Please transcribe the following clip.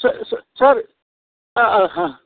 ಸ ಸ ಸರ್ ಆಂ ಹಾಂ ಹಾಂ